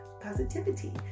positivity